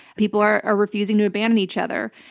people are are refusing to abandon each other.